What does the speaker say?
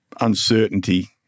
uncertainty